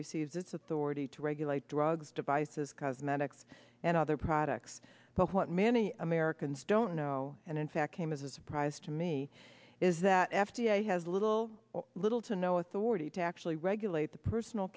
receives its authority to regulate drugs devices cosmetics and other products but what many americans don't no and in fact came as a surprise to me is that f d a has little or little to no authority to actually regulate the personal